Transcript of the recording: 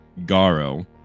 garo